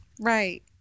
Right